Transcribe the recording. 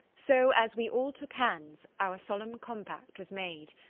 so as we all took hands our solemn compact was made.